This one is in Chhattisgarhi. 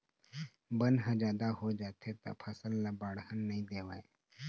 बन ह जादा हो जाथे त फसल ल बाड़हन नइ देवय